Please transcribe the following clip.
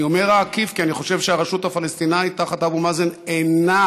אני אומר "העקיף" כי אני חושב שהרשות הפלסטינית תחת אבו מאזן אינה